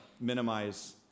minimize